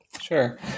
sure